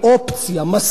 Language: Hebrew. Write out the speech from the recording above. מסלול.